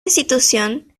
institución